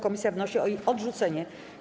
Komisja wnosi o jej odrzucenie.